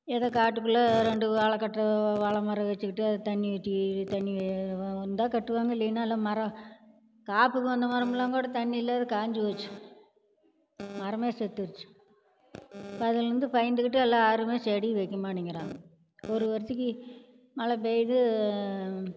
ஏதோ காட்டுக்குள்ள ரெண்டு வாழை கட்ட வாழைமரம் வச்சிக்கிட்டு அதுக்கு தண்ணி வெட்டி தண்ணி வந்தால் கட்டுவாங்கள் இல்லைன்னா எல்லாம் மரம் காப்புக்கு வந்த மரம்லாங்கூட தண்ணி இல்லாத காஞ்சிப் போச்சு மரமே செத்துருச்சு இப்போ அதுலேருந்து பயந்துக்கிட்டு எல்லா யாருமே செடி வைக்கமாட்டேங்கிறாங்க ஒரு வருசைக்கு மலை பெய்யுது